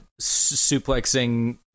suplexing